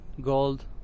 gold